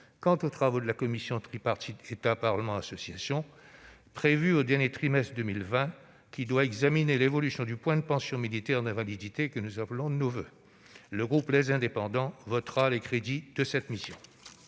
quant aux travaux de la commission tripartite- État, Parlement, associations -prévue au dernier trimestre 2020 qui doit examiner l'évolution du point de pension militaire d'invalidité que nous appelons de nos voeux. Le groupe Les Indépendants-République et Territoires votera les crédits de cette mission.